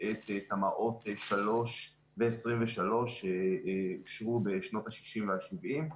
את תמ"אות/3 ו-23 שאושרו בשנות ה-60' וה-70'.